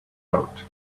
out